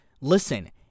listen